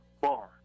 bar